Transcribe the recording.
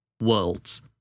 worlds